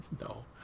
No